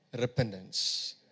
Repentance